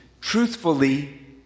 truthfully